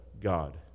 god